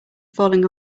falling